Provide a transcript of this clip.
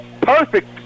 perfect